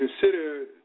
Consider